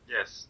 Yes